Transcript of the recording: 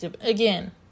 again